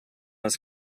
his